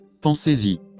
Pensez-y